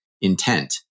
intent